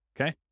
okay